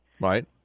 Right